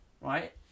right